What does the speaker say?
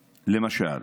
למשל,